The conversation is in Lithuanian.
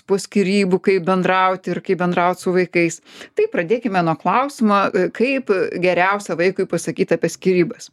po skyrybų kaip bendrauti ir kaip bendraut su vaikais tai pradėkime nuo klausimo kaip geriausia vaikui pasakyt apie skyrybas